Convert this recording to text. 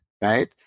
right